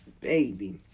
baby